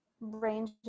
range